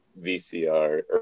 VCR